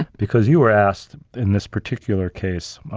because you were asked, in this particular case,